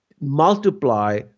multiply